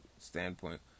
standpoint